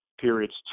periods